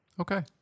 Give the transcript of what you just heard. Okay